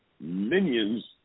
minions